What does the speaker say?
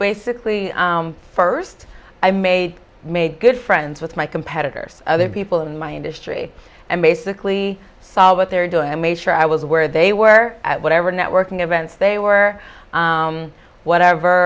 basically first i made made good friends with my competitors other people in my industry and basically saw what they're doing and make sure i was where they were at whatever networking events they were whatever